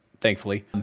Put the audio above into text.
thankfully